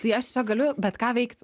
tai aš čia galiu bet ką veikt